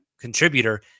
contributor